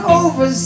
over